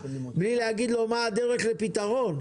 בלי להגיד לו מה הדרך לפתרון.